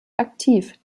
aktiv